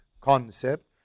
concept